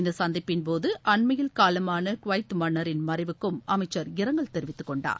இந்தசந்திப்பின்போதுஅண்மையில் காலமானகுவைத் மன்னரின் மறைவுக்கும் அமைச்சர் இரங்கல் தெரிவித்துக் கொண்டார்